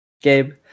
Gabe